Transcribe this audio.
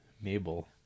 mabel